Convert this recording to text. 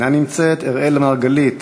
אינה נמצאת, אראל מרגלית,